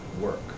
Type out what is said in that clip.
work